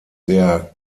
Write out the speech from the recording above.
der